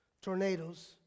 tornadoes